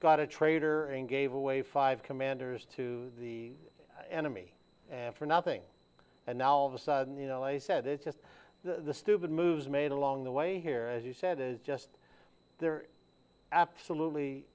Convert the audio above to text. got a traitor and gave away five commanders to the enemy for nothing and now all of a sudden you know i said it's just the stupid moves made along the way here as you said is just there absolutely